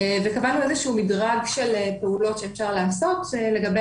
קבענו איזשהו מדרג של פעולות שאפשר לעשות לגבי